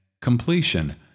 completion